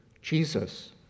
Jesus